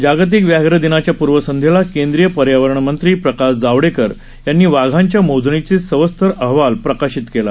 जागतिक व्याघ्रदिनाच्या पूर्वसंध्येला केंद्रीय पर्यावरण मंत्री प्रकाश जावडेकर यांनी वाघांच्या मोजणीचा सविस्तर अहवाल प्रकाशित केला